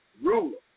Ruler